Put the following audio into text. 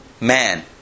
Man